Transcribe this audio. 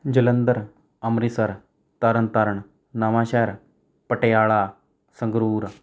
Jalandhar Amritsar Tarn Taran Nawanshahr Patiala Sangrur